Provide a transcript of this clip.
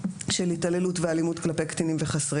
של התעללות ואלימות כלפי קטינים וחסר